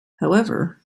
however